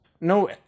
no